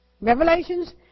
Revelations